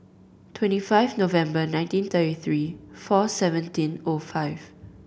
twenty five November nineteen thirty three four seventeen O five